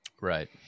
right